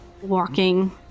walking